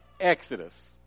Exodus